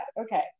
Okay